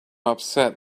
upset